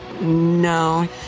no